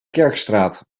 kerkstraat